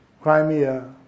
Crimea